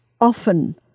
often